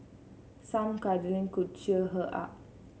some cuddling could cheer her up